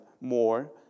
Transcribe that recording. more